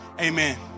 amen